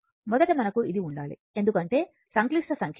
మొదట మనకు ఇది ఉండాలి ఎందుకంటే సంక్లిష్ట సంఖ్య మళ్లీ ఇక్కడ ఉంటుంది